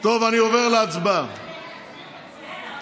שאנחנו נמצאים בו,